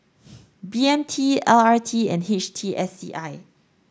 B M T L R T and H T S C I